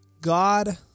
God